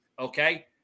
Okay